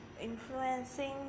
influencing